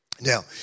Now